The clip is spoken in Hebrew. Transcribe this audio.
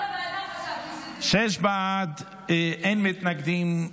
שישה בעד, אין מתנגדים.